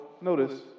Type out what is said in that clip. Notice